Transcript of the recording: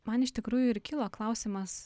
man iš tikrųjų ir kilo klausimas